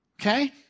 okay